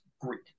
great